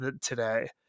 today